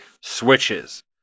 switches